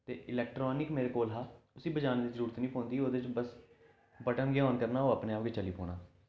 ते इलैक्ट्रानिक मेरे कोल हआ उसी बजाने दी जरूरत निं पौंदी ओह्दे च बस बटन गै होंदे न ओह् अपने आप गै चली पौना